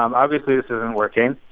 um obviously, this isn't working.